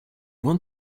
want